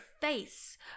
face